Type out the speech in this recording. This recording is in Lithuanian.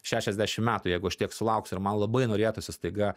šešiasdešimt metų jeigu aš tiek sulauksiu ir man labai norėtųsi staiga